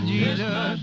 Jesus